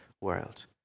world